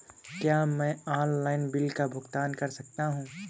क्या मैं online bill का भुगतान कर सकता हूँ?